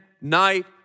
night